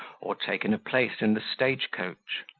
or taken a place in the stage-coach.